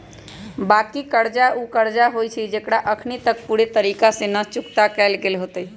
बाँकी कर्जा उ कर्जा होइ छइ जेकरा अखनी तक पूरे तरिका से न चुक्ता कएल गेल होइत